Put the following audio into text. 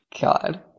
God